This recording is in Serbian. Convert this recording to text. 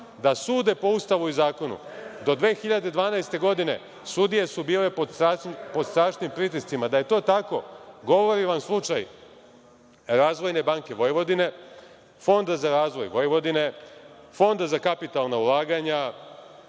da sude po Ustavu i zakonu. Do 2012. godine sudije su bile pod strašnim pritiscima. Da je to tako, govori vam slučaj Razvojne banke Vojvodine, Fonda za razvoj Vojvodine, Fonda za kapitalna ulaganja.